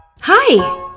hi